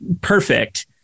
perfect